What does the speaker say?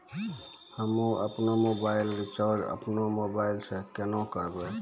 हम्मे आपनौ mobile recharge आपनौ मोबाइल से केना करवै?